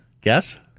Guess